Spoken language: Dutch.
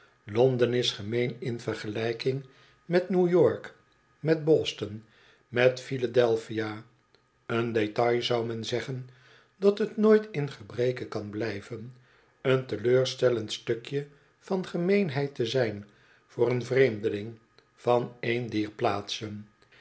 londen is gemeen in vergelijking met ne w-y o rk met boston met philadelphia en detail zou men zoggen dat t nooit in gebreke kan blijven een teleurstellend stukje van gemeenheid te zijn voor een vreemdeling van een dier plaatsen